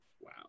wow